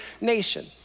nation